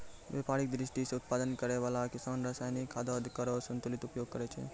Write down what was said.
व्यापारिक दृष्टि सें उत्पादन करै वाला किसान रासायनिक खादो केरो संतुलित उपयोग करै छै